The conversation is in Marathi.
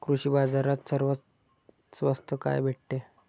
कृषी बाजारात सर्वात स्वस्त काय भेटते?